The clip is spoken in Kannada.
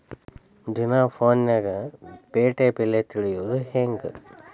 ದಿನಾ ಫೋನ್ಯಾಗ್ ಪೇಟೆ ಬೆಲೆ ತಿಳಿಯೋದ್ ಹೆಂಗ್?